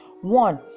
one